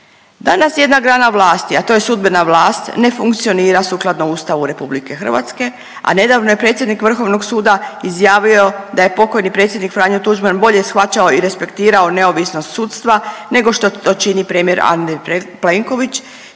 Danas jedna grana vlasti, a to je sudbena vlast ne funkcionira sukladno Ustavu RH, a nedavno je predsjednik Vrhovnog suda izjavio da je pokojni predsjednik Franjo Tuđman bolje shvaćao i respektirao neovisnost sudstva nego što to čini premijer Andrej Plenković,